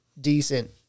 decent